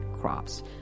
crops